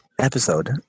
episode